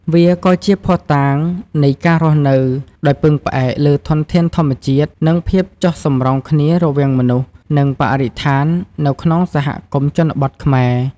វាក៏ជាភស្តុតាងនៃ ការរស់នៅដោយពឹងផ្អែកលើធនធានធម្មជាតិ និងភាពចុះសម្រុងគ្នារវាងមនុស្ស និងបរិស្ថាននៅក្នុងសហគមន៍ជនបទខ្មែរ។